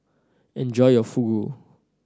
enjoy your Fugu